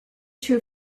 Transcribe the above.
true